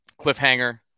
cliffhanger